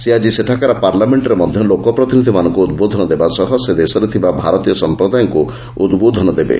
ସେ ଆଜି ସେଠାକାର ପାର୍ଲାମେଷ୍ଟ୍ରେ ମଧ୍ୟ ଲୋକପ୍ରତିନିଧିମାନଙ୍କୁ ଉଦ୍ବୋଧନ ଦେବା ସହ ସେ ଦେଶରେ ଥିବା ଭାରତୀୟ ସଂପ୍ରଦାୟଙ୍କ ଉଦ୍ବୋଧନ ଦେବେ